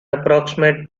approximate